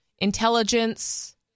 intelligence